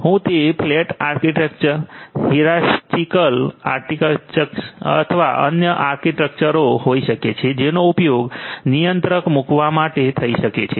શું તે flat architecture hierarchical architecture અથવા અન્ય આર્કિટેક્ચરો હોઈ શકે છે જેનો ઉપયોગ નિયંત્રક મૂકવા માટે થઈ શકે છે